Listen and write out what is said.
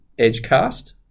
Edgecast